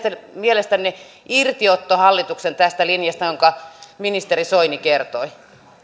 mielestänne irtiotto hallituksen tästä linjasta jonka ministeri soini kertoi